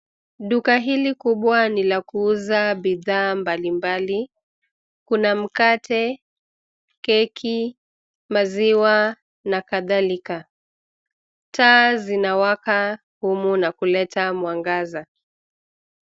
Duka hili kubwa ni la kuuza bidhaa mbalimbali. Kuna mkate, keki, maziwa na kadhalika. Taa zinawaka humu na kuleta mwangaza.